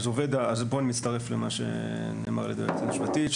פה אני מצטרף למה שנאמר על ידי היועצת המשפטית.